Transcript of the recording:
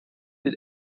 den